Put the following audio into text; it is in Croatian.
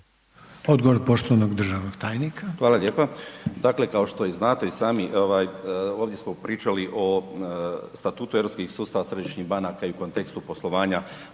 Odgovor poštovanog državnog tajnika. **Zrinušić, Zdravko** Hvala lijepa. Dakle, kao što i znate i sami ovdje smo pričali o Statutu europskih sustava središnjih banaka i u kontekstu poslovanja